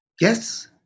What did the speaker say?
Yes